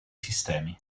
sistemi